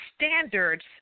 standards